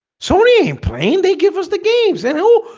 sony a plane they give us the games and hello,